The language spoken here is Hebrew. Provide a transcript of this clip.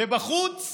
ובחוץ